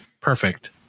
perfect